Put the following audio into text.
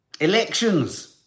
Elections